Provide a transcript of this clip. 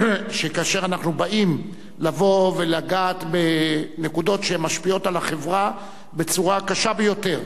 שכשאנו באים לגעת בנקודות שמשפיעות על החברה בצורה הקשה ביותר,